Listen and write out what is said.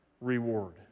reward